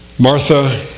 Martha